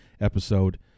episode